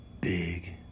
Big